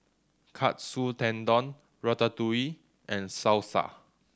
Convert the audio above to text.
Katsu Tendon Ratatouille and Salsa